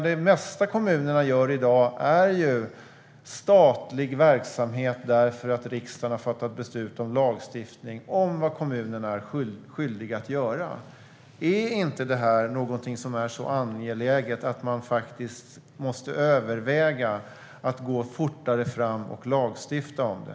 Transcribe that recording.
Det mesta kommunerna gör i dag är statlig verksamhet som de bedriver för att riksdagen har fattat beslut om lagstiftning om vad kommunerna är skyldiga att göra. Är inte detta någonting som är så angeläget att man måste överväga att gå fortare fram och lagstifta om det?